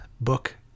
book